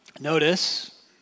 notice